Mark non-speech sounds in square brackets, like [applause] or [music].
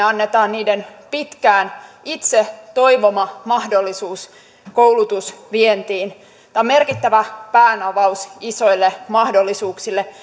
[unintelligible] annetaan niiden pitkään itse toivoma mahdollisuus koulutusvientiin tämä on merkittävä päänavaus isoille mahdollisuuksille [unintelligible]